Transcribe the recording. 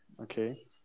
Okay